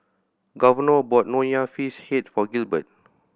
Governor bought Nonya Fish Head for Gilbert